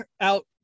out